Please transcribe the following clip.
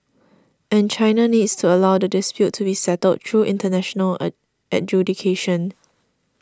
and China needs to allow the dispute to be settled through international a adjudication